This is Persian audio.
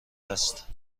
است